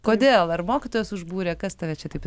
kodėl ar mokytojas užbūrė kas tave čia taip